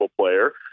player